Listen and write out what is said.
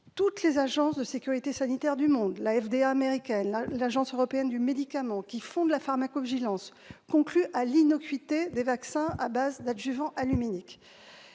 toutes les agences de sécurité sanitaire du monde, la FDA américaine, l'Agence européenne des médicaments, qui fonde la pharmacovigilance, concluent à l'innocuité des vaccins à base d'adjuvants aluminiques.